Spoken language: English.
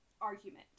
argument